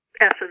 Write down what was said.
essence